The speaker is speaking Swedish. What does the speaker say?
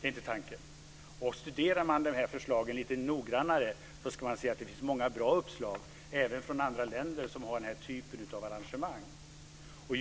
Vid närmare studium av förslagen framgår det att det finns många bra uppslag även från andra länder som har den typen av arrangemang.